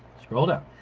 scroll down.